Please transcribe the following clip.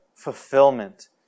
fulfillment